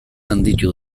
handitu